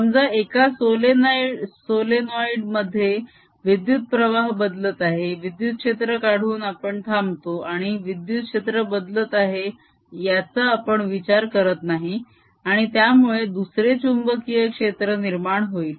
समजा एका सोलेनोइड मध्ये विद्युत प्रवाह बदलत आहे विद्युत क्षेत्र काढून आपण थांबतो आणि विद्युत क्षेत्र बदलत आहे याचा आपण विचार करत नाही आणि त्यामुळे दुसरे चुंबकीय क्षेत्र निर्माण होईल